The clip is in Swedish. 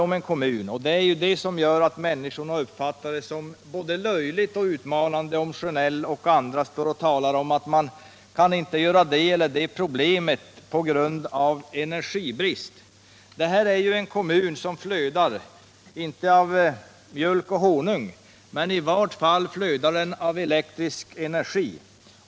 Människorna där uppe uppfattar det som både löjligt och utmanande om Sjönell och andra säger att man inte kan klara det eller det problemet på grund av energibrist. Det här är en kommun som flödar om inte av mjölk och honung så i varje fall av elektrisk energi.